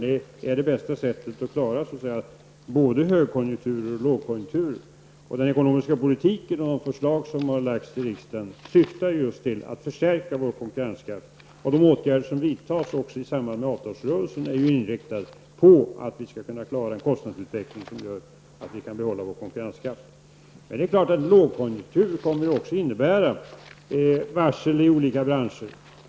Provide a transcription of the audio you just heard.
Det är det bästa sättet att klara både högkonjunkturer och lågkonjunkturer. Den ekonomiska politiken och de förslag som lagts fram i riksdagen syftar just till att förstärka vår konkurrenskraft. Även de åtgärder som vidtas i samband med avtalsrörelsen har inriktningen att vi i Sverige skall klara en kostnadsutveckling som gör att vi kan behålla vår konkurrenskraft. Självfallet kommer en lågkonjunktur också att innebära varsel i olika branscher.